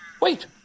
Wait